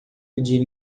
pedir